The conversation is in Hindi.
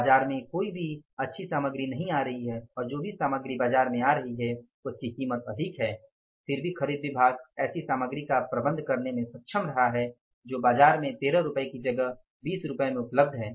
बाजार में कोई भी अच्छी सामग्री नहीं आ रही है और जो भी सामग्री बाजार में आ रही है उसकी कीमत अधिक है फिर भी खरीद विभाग ऐसी सामग्री का प्रबंध करने में सक्षम रहा है जो बाजार में 13 रुपये की जगह 20 रुपये में उपलब्ध है